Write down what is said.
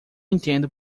entendo